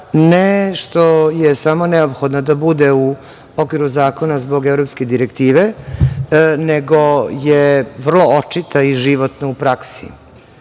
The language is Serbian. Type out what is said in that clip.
ne što je samo neophodno da bude u okviru zakona zbog evropske direktive, nego je vrlo očita i životna u praksi